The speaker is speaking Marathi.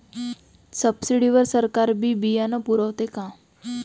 सब्सिडी वर सरकार बी बियानं पुरवते का?